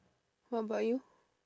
what about you